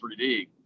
3D